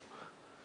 למשתכן".